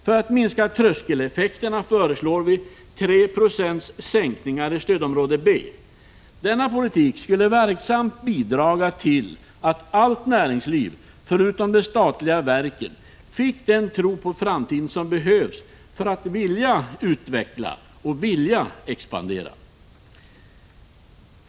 För att minska tröskeleffekterna föreslår vi sänkningar med 3 96 i stödområde B. Denna politik skulle verksamt bidra till att allt näringsliv, förutom de statliga verken, fick den tro på framtiden som behövs för att företagen skall vilja utveckla och expandera.